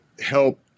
help